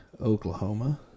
Oklahoma